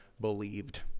believed